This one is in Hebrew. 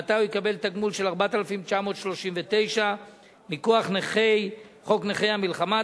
ומעתה הוא יקבל תגמול של 4,939. נכה מכוח חוק נכי המלחמה,